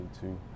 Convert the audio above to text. two